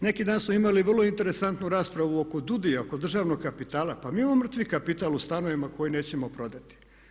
Neki dan su imali vrlo interesantnu raspravu oko DUUDI-a, oko državnog kapitala, pa mi imamo mrtvi kapital u stanovima koje nećemo prodati.